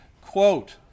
quote